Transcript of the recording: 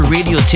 Radio